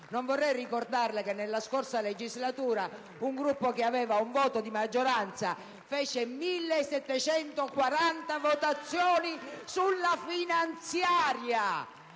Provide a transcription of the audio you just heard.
Non vorrei ricordarle che nella scorsa legislatura un Gruppo che aveva un voto di maggioranza fece 1.740 votazioni sulla finanziaria